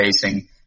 facing